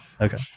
Okay